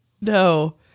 No